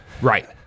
Right